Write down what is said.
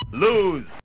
lose